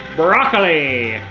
broccoli?